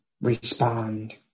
respond